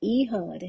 Ehud